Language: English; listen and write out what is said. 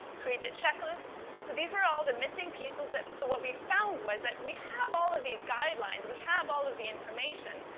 create the checklists. so, these were all the missing pieces that, so what we found was that we have all of these guidelines, we have all of the information,